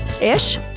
ish